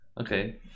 Okay